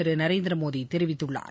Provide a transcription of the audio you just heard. திரு நரேந்திரமோடி தெரிவித்துள்ளார்